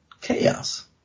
chaos